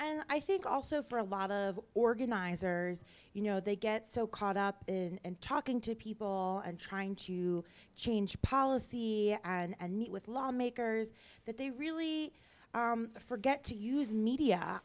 and i think also for a lot of organizers you know they get so caught up in talking to people and trying to change policy and meet with lawmakers that they really forget to use media